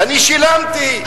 אני שילמתי,